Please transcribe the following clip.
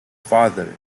father